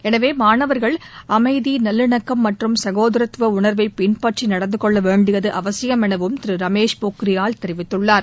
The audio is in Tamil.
எனவே மாணவர்கள் அமைதி நல்லிணக்கம் மற்றும் சகோதரத்துவ உணர்வை பின்பற்றி நடந்து கொள்ள வேண்டியது அவசியம் எனவும் திரு ரமேஷ் பொக்ரியால் தெரிவித்துள்ளார்